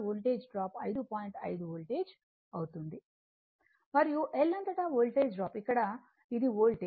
5 voltage అవుతుంది మరియు L అంతటా వోల్టేజ్ డ్రాప్ ఇక్కడ ఇది వోల్టేజ్